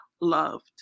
loved